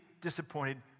disappointed